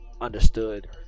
understood